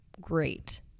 Great